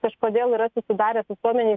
kažkodėl yra susidaręs visuomenėj